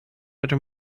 under